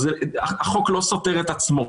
אז החוק לא סותר את עצמו.